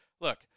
look